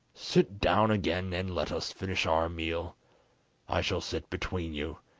sit down again, and let us finish our meal i shall sit between you,